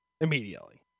immediately